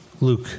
Luke